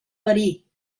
verí